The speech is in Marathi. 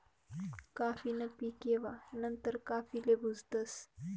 काफी न पीक येवा नंतर काफीले भुजतस